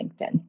LinkedIn